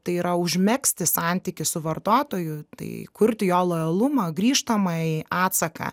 tai yra užmegzti santykį su vartotoju tai kurti jo lojalumą grįžtamąjį atsaką